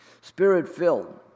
Spirit-filled